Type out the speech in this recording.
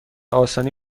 آسانی